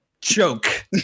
choke